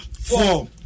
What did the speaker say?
four